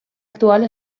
actual